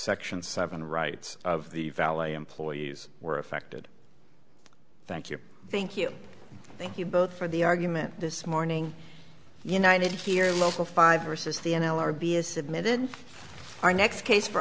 section seven rights of the valley employees were affected thank you thank you thank you both for the argument this morning united here local five versus the n l r b is submitted our next case for